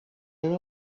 and